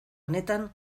honetan